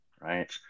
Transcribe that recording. right